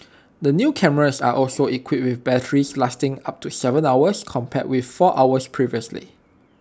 the new cameras are also equipped with batteries lasting up to Seven hours compared with four hours previously